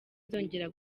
nzongera